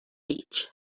beach